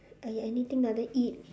!aiya! anything ah then eat